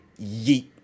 Yeet